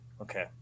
okay